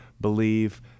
believe